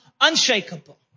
unshakable